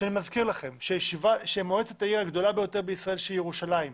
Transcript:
ואני מזכיר לכם שמועצת העיר הגדולה ביותר בישראל שהיא ירושלים,